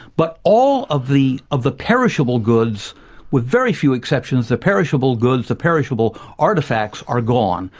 but all of the of the perishable goods with very few exceptions, the perishable goods, the perishable artifacts are gone.